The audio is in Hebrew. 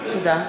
תודה.